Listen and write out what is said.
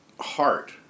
heart